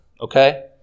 okay